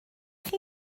chi